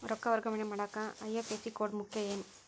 ರೊಕ್ಕ ವರ್ಗಾವಣೆ ಮಾಡಾಕ ಐ.ಎಫ್.ಎಸ್.ಸಿ ಕೋಡ್ ಮುಖ್ಯ ಏನ್